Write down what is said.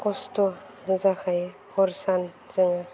खस्थ'बो जाखायो हर सान जोङो